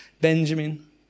benjamin